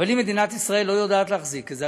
אבל אם מדינת ישראל לא יודעת להחזיק את זה,